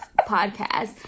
podcast